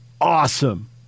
awesome